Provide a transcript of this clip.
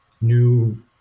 new